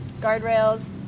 guardrails